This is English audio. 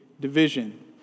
division